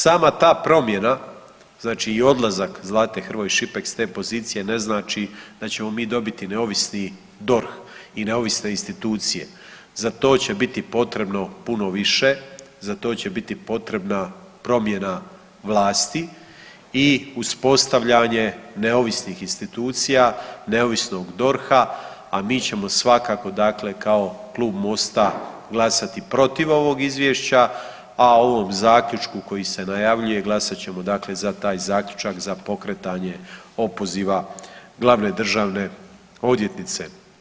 Sama ta promjena znači i odlazak Zlate Hrvoj Šipek s te pozicije ne znači da ćemo mi dobiti neovisni DORH i neovisne institucije, za to će biti potrebno puno više, za to će biti potrebna promjena vlasti i uspostavljanje neovisnih institucija, neovisnog DORH-a, a mi ćemo svakako kao klub Mosta glasati protiv ovog izvješća, a o ovom zaključku koji se najavljuje glasat ćemo za taj zaključak za pokretanje opoziva glavne državne odvjetnice.